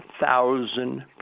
thousand